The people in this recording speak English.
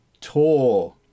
tour